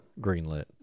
greenlit